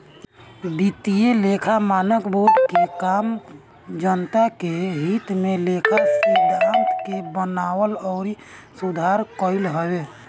वित्तीय लेखा मानक बोर्ड के काम जनता के हित में लेखा सिद्धांत के बनावल अउरी सुधार कईल हवे